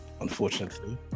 unfortunately